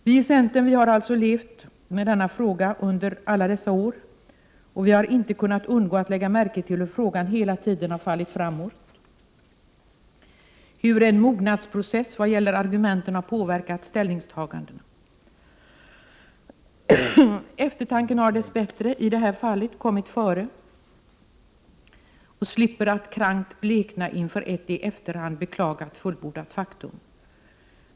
Vi i centern har alltså levat med denna fråga under alla dessa år, och vi har inte kunnat undgå att lägga märke till hur frågan hela tiden har fallit framåt, hur en mognadsprocess i vad gäller argumenten har påverkat ställningstagandena. Eftertanken har dess bättre i det här fallet kommit före och slipper att krankt blekna inför ett i efterhand beklagat fullbordat faktum.